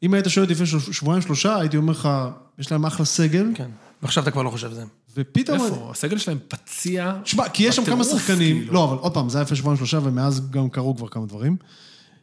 אם היית שואל אותי לפני שבועיים שלושה, הייתי אומר לך יש להם אחלה סגל. כן. ועכשיו אתה כבר לא חושב וזה. ופתאום... איפה? הסגל שלהם להם פציע. תשמע, כי יש שם כמה שחקנים... לא, אבל עוד פעם, זה היה לפני שבועיים שלושה ומאז גם קרו גם כמה דברים.